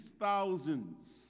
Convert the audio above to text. thousands